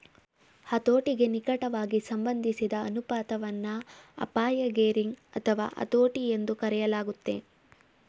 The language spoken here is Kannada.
ಹತೋಟಿಗೆ ನಿಕಟವಾಗಿ ಸಂಬಂಧಿಸಿದ ಅನುಪಾತವನ್ನ ಅಪಾಯ ಗೇರಿಂಗ್ ಅಥವಾ ಹತೋಟಿ ಎಂದೂ ಕರೆಯಲಾಗುತ್ತೆ